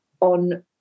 on